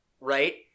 right